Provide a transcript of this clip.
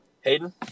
Hayden